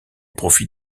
profit